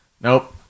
nope